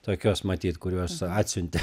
tokiuos matyt kuriuos atsiuntė